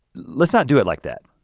let's not do it like that.